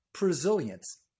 resilience